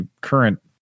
current